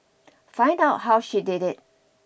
find out how she did it